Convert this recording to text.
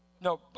no